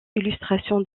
illustrations